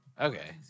Okay